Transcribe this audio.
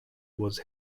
was